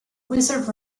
wizard